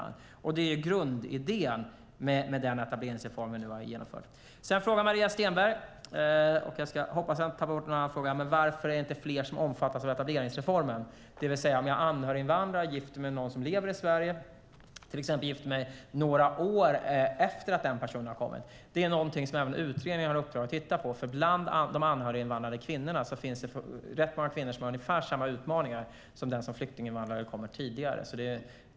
Det är grundidén med den etableringsreform vi har genomfört. Maria Stenberg frågade varför det inte är fler som omfattas av etableringsreformen, till exempel om man är anhöriginvandrare och gifter sig med någon som lever i Sverige några år efter att den personen har kommit. Detta har utredningen i uppdrag att titta på, för bland de anhöriginvandrade kvinnorna finns det rätt många kvinnor som har ungefär samma utmaningar som den som kommit tidigare som flyktinginvandrare.